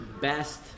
best